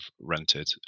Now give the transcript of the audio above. rented